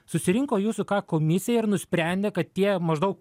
susirinko jūsų ką komisija ir nusprendė kad tie maždaug